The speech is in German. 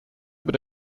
über